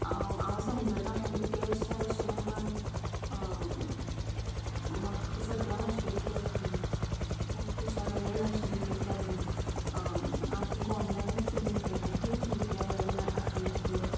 आं हांव समजता तुमका कॅश जाय आशिल्ले पण म्हाका सद्या म्हजे कडेन कॅश ना म्हाका कॅशा गरज आशिल्ली ताका लागून हांव तुमका ऑनलायनच पेमेंट करता प्लीज यूपाआय आयडी आसल्यार मात्शी दियात